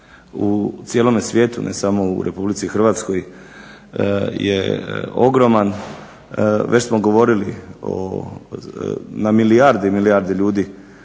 u cijelome svijetu, ne samo u RH je ogroman. Već smo govorili o, na milijarde i milijarde ljudi